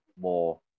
more